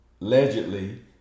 allegedly